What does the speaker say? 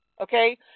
okay